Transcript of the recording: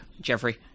Jeffrey